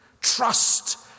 trust